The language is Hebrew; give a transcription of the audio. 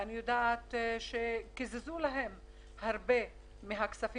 ואני יודעת שקיזזו להם הרבה מהכספים.